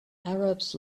arabs